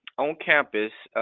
on campus,